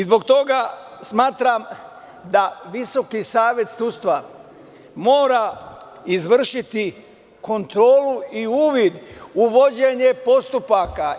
Zbog toga smatram da Visoki savet sudstva mora izvršiti kontrolu i uvid u vođenje postupaka.